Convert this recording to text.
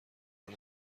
حال